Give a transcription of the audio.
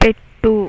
పెట్టు